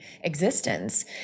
existence